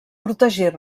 protegir